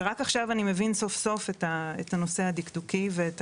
ורק עכשיו אני מבין סוף סוף את הנושא הדקדוקי ואת